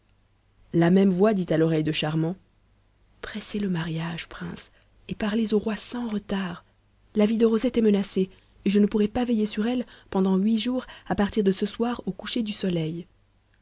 la même voix dit à l'oreille de charmant pressez le mariage prince et parlez au roi sans retard la vie de rosette est menacée et je ne pourrai pas veiller sur elle pendant huit jours à partir de ce soir au coucher du soleil